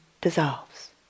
dissolves